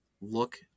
Look